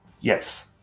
Yes